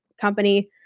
company